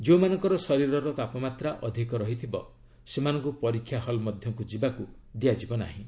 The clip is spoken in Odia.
ଯେଉଁମାନଙ୍କର ଶରୀରର ତାପମାତ୍ରା ଅଧିକ ଥିବ ସେମାନଙ୍କୁ ପରୀକ୍ଷା ହଲ୍ ମଧ୍ୟକୁ ଯିବାକୁ ଦିଆଯିବ ନାହିଁ